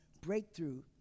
Breakthrough